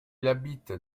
habite